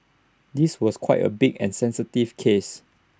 this was quite A big and sensitive case